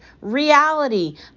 Reality